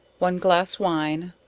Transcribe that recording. one glass wine,